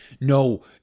no